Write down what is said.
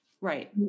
Right